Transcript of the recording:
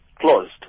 closed